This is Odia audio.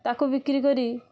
ତାକୁ ବିକ୍ରି କରି